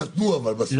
אבל נתנו בסוף,